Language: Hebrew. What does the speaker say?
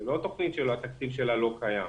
זו לא תוכנית שהתקציב שלה לא קיים,